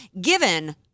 given